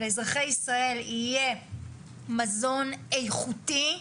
לאזרחי ישראל יהיה מזון איכותי,